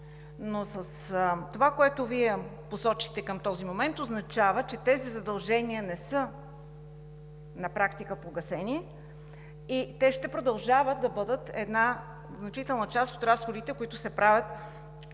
Но с това, което Вие посочихте към този момент, означава, че тези задължения на практика не са погасени и те ще продължават да бъдат значителна част от разходите, които се правят